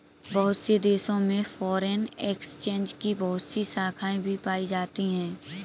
बहुत से देशों में फ़ोरेन एक्सचेंज की बहुत सी शाखायें भी पाई जाती हैं